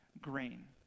grain